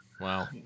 Wow